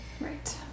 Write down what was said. Right